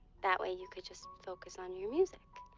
that way, you could just focus on your music.